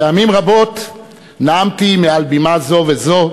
פעמים רבות נאמתי מעל בימה זו, וזו,